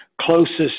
closest